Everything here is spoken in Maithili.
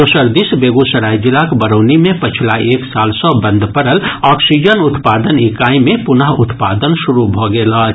दोसर दिस बेगूसराय जिलाक बरौनी मे पछिला एक साल सँ बंद पड़ल ऑक्सीजन उत्पादन इकाई मे पुनः उत्पादन शुरू भऽ गेल अछि